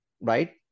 right